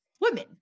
women